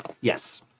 yes